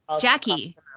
Jackie